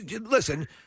listen